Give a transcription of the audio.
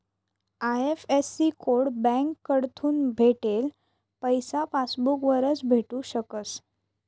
IFSC code बँककडथून भेटेल पैसा पासबूक वरच भेटू शकस